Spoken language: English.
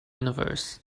universe